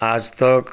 ଆଜ ତକ୍